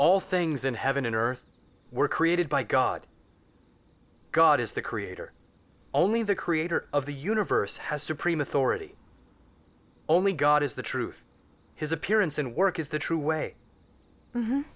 all things in heaven and earth were created by god god is the creator only the creator of the universe has supreme authority only god is the truth his appearance in work is the true way